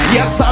Yes